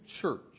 church